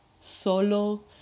solo